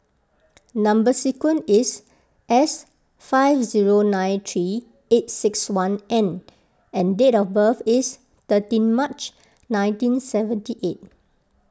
Number Sequence is S five zero nine three eight six one N and date of birth is thirteen March nineteen seventy eight